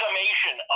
Summation